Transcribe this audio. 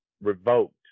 revoked